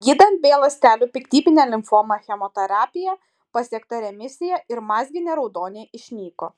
gydant b ląstelių piktybinę limfomą chemoterapija pasiekta remisija ir mazginė raudonė išnyko